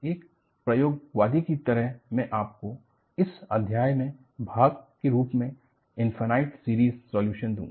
एक प्रयोगवादी की तरह मैं आपको इस अध्याय के भाग के रूप में इंफाइनाइट सीरीज सॉल्यूशन दूंगा